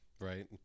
right